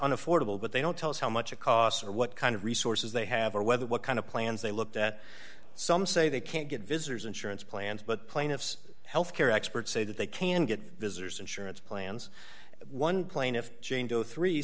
an affordable but they don't tell us how much it costs or what kind of resources they have or whether what kind of plans they looked at some say they can't get visitors insurance plans but plaintiff's health care experts say that they can get visitors insurance plans one plane if